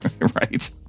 Right